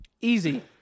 Easy